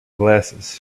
glasses